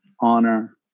honor